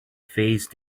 phase